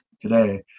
today